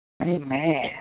Amen